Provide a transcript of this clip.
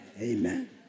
Amen